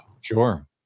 Sure